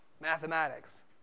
mathematics